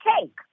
cake